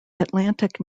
atlantic